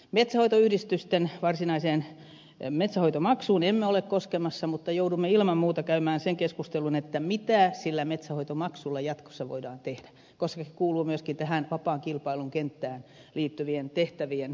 metsänhoitoyhdistysten varsinaiseen metsänhoitomaksuun emme ole koskemassa mutta joudumme ilman muuta käymään sen keskustelun mitä sillä metsänhoitomaksulla jatkossa voidaan tehdä koska se kuuluu myöskin tähän vapaan kilpailun kenttään liittyvien tehtävien määrittämiseen